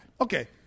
Okay